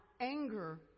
anger